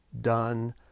done